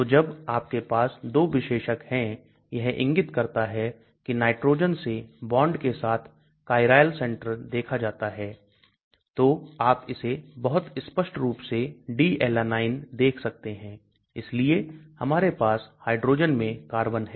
तो जब आपके पास 2 विशेषक हैं यह इंगित करता है कि नाइट्रोजेन से बांड के साथ Chiral centre देखा जाता है तो आप इसे बहुत स्पष्ट रूप से D Alanine देख सकते हैं इसलिए हमारे पास हाइड्रोजन में कार्बन है